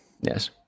Yes